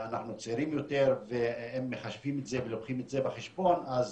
אנחנו צעירים יותר ואם מחשבים את זה ולוקחים את זה בחשבון אז